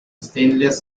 stainless